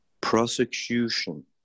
prosecution